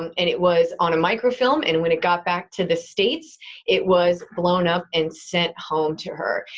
um and it was on a microfilm and when it got back to the states it was blown up and sent home to her.